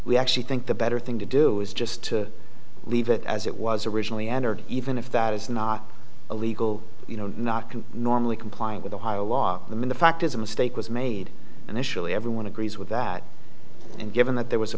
we actually think the better thing to do is just to leave it as it was originally entered even if that is not illegal you know not can normally complying with ohio law than the fact is a mistake was made and initially everyone agrees with that and given that there was a